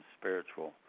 spiritual